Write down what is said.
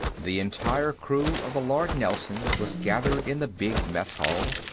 the entire crew of the lord nelson was gathered in the big mess hall.